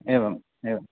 एवम् एवम्